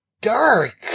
dark